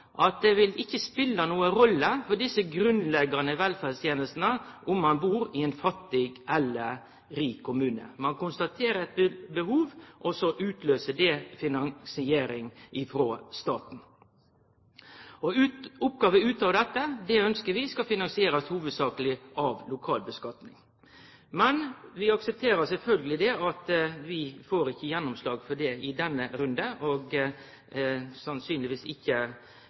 det ikkje vil spele noka rolle med omsyn til desse grunnleggjande velferdstenestene om ein bur i ein fattig eller ein rik kommune. Ein konstaterer eit behov, og så utløyser det finansiering frå staten. Oppgåver utover dette ønskjer vi skal finansierast hovudsakeleg gjennom lokal skattlegging. Men vi aksepterer sjølvsagt at vi ikkje får gjennomslag for det i denne runden, og sannsynlegvis ikkje